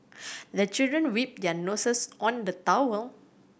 the children wipe their noses on the towel